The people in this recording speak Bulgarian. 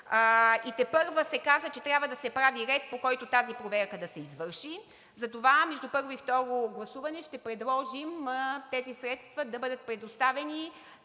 и тепърва се каза, че трябва да се прави ред, по който тази проверка да се извърши. Затова между първо и второ гласуване ще предложим тези средства да бъдат предоставени